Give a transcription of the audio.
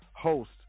host